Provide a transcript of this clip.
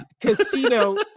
casino